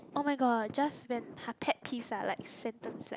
oh-my-god just when !huh! pet peeves ah like sentence like